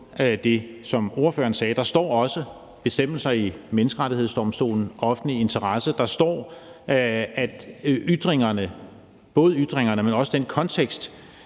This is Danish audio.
det, som ordføreren sagde. Der står også bestemmelser i Menneskerettighedsdomstolen, offentlig interesse, og der står, at ytringerne – både ytringerne, men også den kontekst,